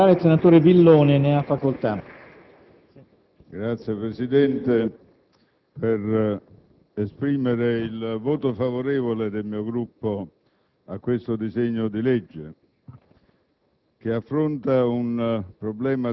Non sono un uomo che ha mai fatto polemiche sulla magistratura, anzi, ho un altro servizio nella mia vita politica; questa, però, è una contraddizione che, in prospettiva, stabilirà un punto interrogativo molto serio